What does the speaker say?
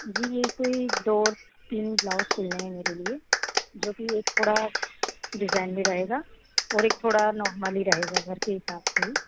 जी जी कोई दोर और तीन ब्लाउज सिलने हैं मेरे लिए जो कि एक थोड़ा डिजाइन में रहेगा और एक थोड़ा नॉर्मल ही रहेगा घर के हिसाब से